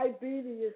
diabetes